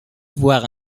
avoir